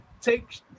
take